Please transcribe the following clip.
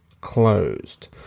Closed